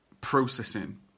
processing